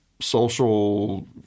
social